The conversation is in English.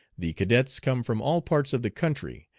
the cadets come from all parts of the country,